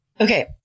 Okay